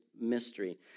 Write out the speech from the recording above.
mystery